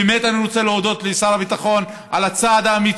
באמת אני רוצה להודות לשר הביטחון על הצעד האמיץ